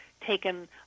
taken